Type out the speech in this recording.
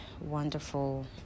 wonderful